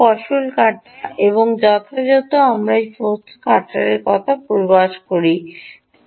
ফসল কাটা এবং যথারীতি আসুন আমরা এই শক্তি কাটারের প্রদর্শন দিয়ে শুরু করি